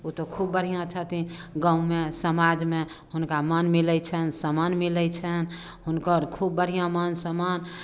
ओ तऽ खूब बढ़िआँ छथिन गाँवमे समाजमे हुनका मान मिलै छनि समान मिलै छै हुनकर खूब बढ़िआँ मान समान